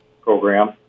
program